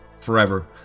forever